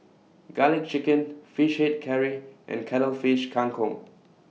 Garlic Chicken Fish Head Curry and Cuttlefish Kang Kong